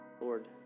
Lord